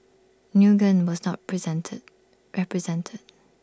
Nguyen was not presented represented